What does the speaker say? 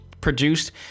produced